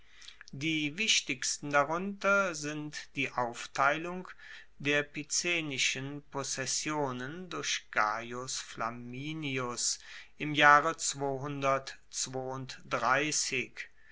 die wichtigsten darunter sind die aufteilung der picenischen possessionen durch gaius flaminius im jahre